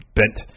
bent